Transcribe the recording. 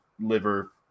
liver